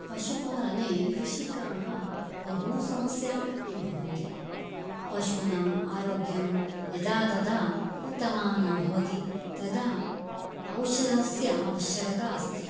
पशुपालने कृषिकाः बहु समस्याम् अनुभवन्ति पशूनाम् आरोग्यं यदा तदा उत्तमाः न भवति तदा औषधस्य आवश्यकता अस्ति